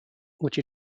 which